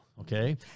Okay